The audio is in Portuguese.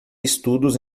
estudos